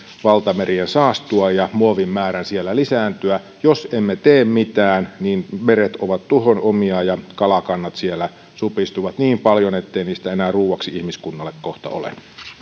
valtamerien saastua ja muovin määrän siellä lisääntyä jos emme tee mitään niin meret ovat tuhon omia ja kalakannat siellä supistuvat niin paljon ettei niistä enää ruuaksi ihmiskunnalle kohta ole